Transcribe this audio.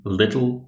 little